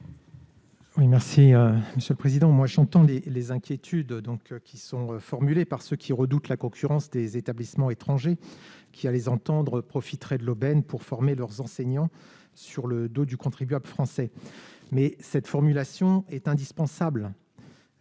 Oui merci monsieur le président, moi j'entends les les inquiétudes donc qui sont formulées par ceux qui redoutent la concurrence des établissements étrangers qui, à les entendre, profiteraient de l'aubaine pour former leurs enseignants sur le dos du contribuable français, mais cette formulation est indispensable